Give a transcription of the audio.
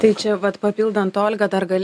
tai čia vat papildant olgą dar gal